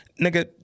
Nigga